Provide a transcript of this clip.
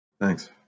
Thanks